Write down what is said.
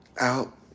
Out